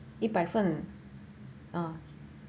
一百份 uh